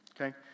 Okay